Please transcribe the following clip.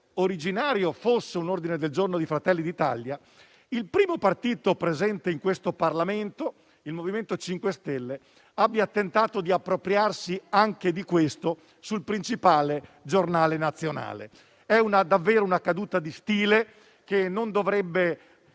originario fosse di Fratelli d'Italia, il primo partito presente in questo Parlamento, il MoVimento 5 Stelle, abbia tentato di appropriarsi anche di questo sul principale giornale nazionale. È davvero una caduta di stile, che non dovrebbe